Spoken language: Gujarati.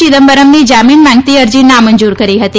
ચિદમ્બરમની જામીન માગતી અરજી નામંજૂર કરી હતી